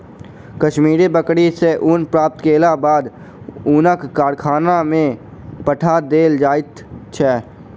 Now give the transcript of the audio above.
कश्मीरी बकरी सॅ ऊन प्राप्त केलाक बाद ऊनक कारखाना में पठा देल जाइत छै